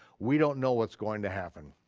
we don't know what's going to happen.